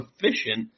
efficient